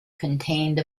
contained